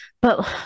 But-